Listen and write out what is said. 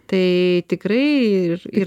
tai tikrai ir ir